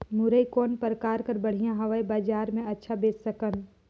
मुरई कौन प्रकार कर बढ़िया हवय? बजार मे अच्छा बेच सकन